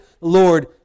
Lord